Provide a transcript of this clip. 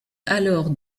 alors